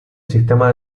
sistema